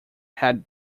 had